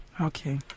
okay